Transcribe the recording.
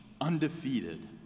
undefeated